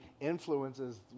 influences